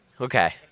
Okay